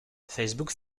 facebook